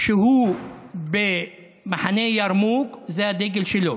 כשהוא במחנה ירמוכ זה הדגל שלו,